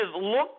look